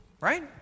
Right